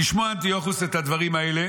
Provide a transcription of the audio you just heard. "וכשמוע אנטיוכוס את הדברים האלה